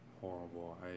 horrible